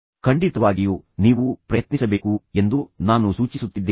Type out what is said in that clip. ಮತ್ತು ತಂದೆಯ ಬಳಿ ಹಣವಿಲ್ಲದಿದ್ದರೂ ನನ್ನ ಬಳಿ ಸ್ವಲ್ಪ ಉಳಿತಾಯವಿದೆ ನಾನು ಅದನ್ನು ಇದಕ್ಕಾಗಿ ಬಳಸುತ್ತೇನೆ